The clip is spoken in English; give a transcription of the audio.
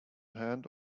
hand